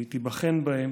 והיא תיבחן בהם: